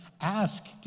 ask